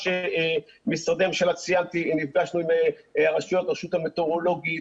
נפגשנו עם הרשות המטאורולוגית.